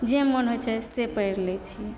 जे मन होइत छै से पढ़ि लै छियै